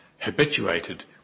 habituated